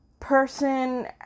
person